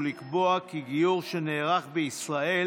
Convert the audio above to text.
ולקבוע כי גיור שנערך בישראל